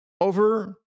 over